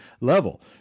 level